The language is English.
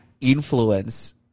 influence